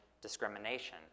discrimination